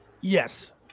Yes